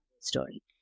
story